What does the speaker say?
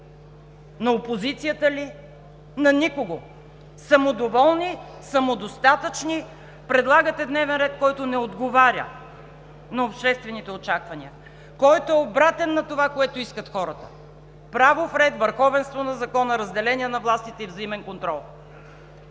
на опозицията ли? На никого! Самодоволни, самодостатъчни, предлагате дневен ред, който не отговаря на обществените очаквания, който е обратен на това, което искат хората – правов ред, върховенство на закона, разделение на властите и взаимен контрол.